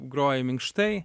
groji minkštai